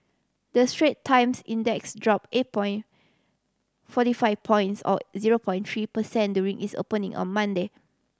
the Strait Times Index drop eight point forty five points or zero point three per cent during its opening on Monday